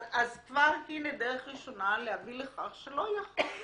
אז כבר הנה דרך ראשונה להביא לכך שלא יהיה חוק